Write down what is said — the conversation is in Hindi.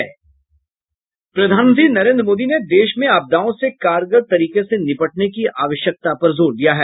प्रधानमंत्री नरेन्द्र मोदी ने देश में आपदाओं से कारगर तरीके से निपटने की आवश्यकता पर जोर दिया है